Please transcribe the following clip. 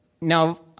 Now